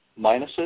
minuses